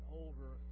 older